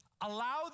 allow